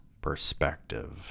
perspective